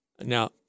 Now